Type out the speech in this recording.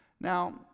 Now